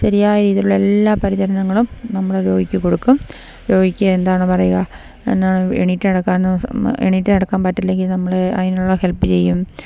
ശരിയായ രീതിയിലുള്ള എല്ലാ പരിചരണങ്ങളും നമ്മള് രോഗിക്ക് കൊടുക്കും രോഗിക്ക് എന്താണ് പറയുക എന്താണ് എഴുന്നേറ്റ് നടക്കാൻ എഴുന്നേറ്റ് നടക്കാൻ പറ്റില്ലെങ്കില് നമ്മള് അതിനുള്ള ഹെൽപ്പ് ചെയ്യും